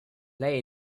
lay